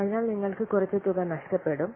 അതിനാൽ നിങ്ങൾക്ക് കുറച്ച് തുക നഷ്ടപ്പെടും